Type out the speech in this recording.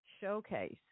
showcase